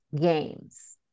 games